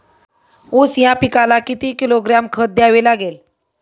ऊस या पिकाला किती किलोग्रॅम खत द्यावे लागेल?